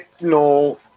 no